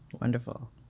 Wonderful